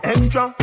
Extra